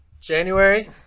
January